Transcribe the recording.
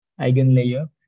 Eigenlayer